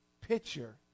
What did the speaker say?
picture